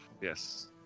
Yes